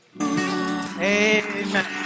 Amen